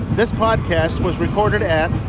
this podcast was recorded at.